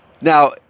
Now